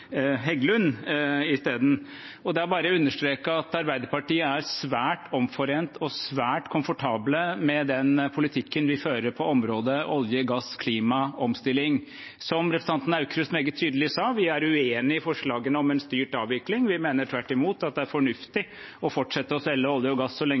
Heggelund i stedet. Det er bare å understreke at Arbeiderpartiet er svært omforent og svært komfortable med den politikken vi fører på området for olje, gass, klima og omstilling. Som representanten Aukrust meget tydelig sa, er vi uenig i forslagene om en styrt avvikling. Vi mener tvert imot at det er fornuftig å fortsette å selge olje og gass så lenge